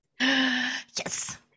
Yes